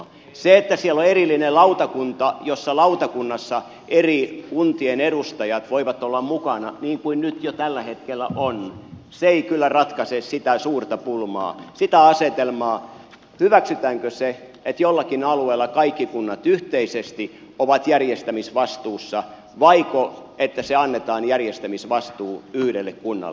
se että siellä on erillinen lautakunta jossa eri kuntien edustajat voivat olla mukana niin kuin nyt jo tällä hetkellä on ei kyllä ratkaise sitä suurta pulmaa sitä asetelmaa hyväksytäänkö se että jollakin alueella kaikki kunnat yhteisesti ovat järjestämisvastuussa vaiko että se järjestämisvastuu annetaan yhdelle kunnalle